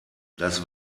das